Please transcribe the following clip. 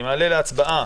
אני מעלה להצבעה